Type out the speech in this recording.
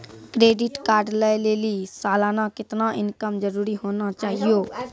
Credit card लय लेली सालाना कितना इनकम जरूरी होना चहियों?